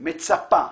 מצפה.